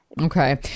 Okay